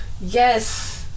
Yes